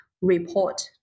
report